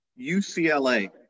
UCLA